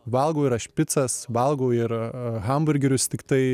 valgau ir aš picas valgau ir hamburgerius tiktai